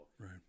Right